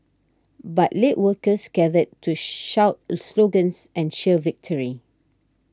but later workers gathered to shout slogans and cheer victory